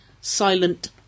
silent